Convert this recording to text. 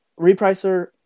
repricer